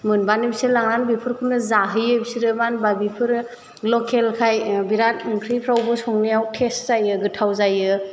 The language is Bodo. मोनबानो बिसोर लांनानै बेफोरखौनो जाहैयो बिसोरो मानो होनबा बेफोरो लकेलखाय बेराद ओंख्रिफ्रावबो संनायाव टेस्ट जायो गोथाव जायो